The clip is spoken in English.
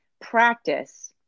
practice